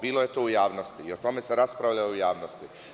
Bilo je to u javnosti i o tome se raspravljalo u javnosti.